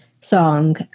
song